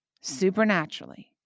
supernaturally